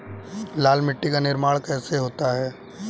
लाल मिट्टी का निर्माण कैसे होता है?